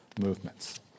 movements